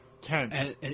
tense